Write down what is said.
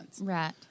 Right